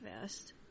fast